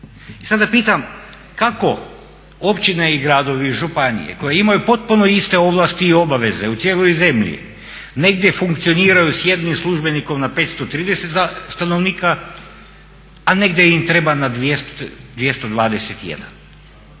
sada pitam, kako općine i gradovi i županije koje imaju potpuno iste ovlasti i obaveze u cijeloj zemlji negdje funkcioniraju s jednim službenikom na 530 stanovnika a negdje im treba na 221.